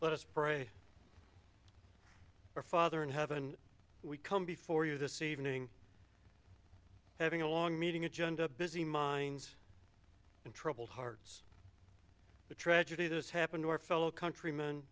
let us pray our father in heaven we come before you this evening having a long meeting agenda busy minds and troubled hearts the tragedy this happened to our fellow countrymen